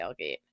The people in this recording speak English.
tailgate